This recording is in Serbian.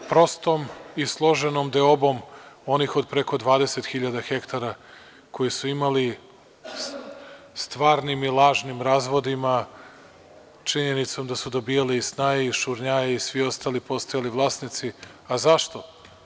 Prostom i složenom deobom onih od preko 20.000 hektara koje su imali stvarnim i lažnim razvodima, činjenicom da su dobijala i snaje i šurnjaje i svi ostali i postajali vlasnici, ali zašto?